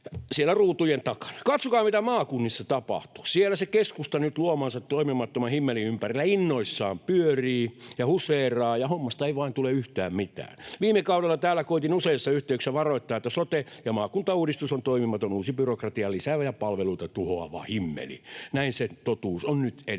siellä ruutujen takana, katsokaa, mitä maakunnissa tapahtuu. Siellä se keskusta nyt luomansa toimimattoman himmelin ympärillä innoissaan pyörii ja huseeraa, ja hommasta ei vain tule yhtään mitään. Viime kaudella täällä koitin useissa yhteyksissä varoittaa, että sote- ja maakuntauudistus on toimimaton, uusi byrokratiaa lisäävä ja palveluita tuhoava himmeli — näin se totuus on nyt edessä.